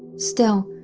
still,